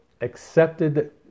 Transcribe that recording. accepted